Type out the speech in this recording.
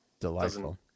Delightful